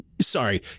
Sorry